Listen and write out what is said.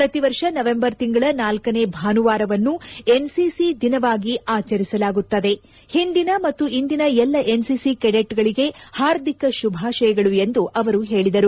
ಪ್ರತಿ ವರ್ಷ ನವೆಂಬರ್ ತಿಂಗಳ ನಾಲ್ಲನೇ ಭಾಸುವಾರವನ್ನು ಎನ್ಸಿಸಿ ದಿನವಾಗಿ ಆಚರಿಸಲಾಗುತ್ತದೆ ಹಿಂದಿನ ಮತ್ತು ಇಂದಿನ ಎಲ್ಲ ಎನ್ಸಿಸಿ ಕೆಡೆಟ್ಗಳಿಗೆ ಹಾರ್ದಿಕ ಶುಭಾಶಯಗಳು ಎಂದು ಅವರು ಹೇಳದರು